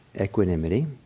equanimity